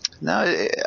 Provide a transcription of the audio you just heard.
No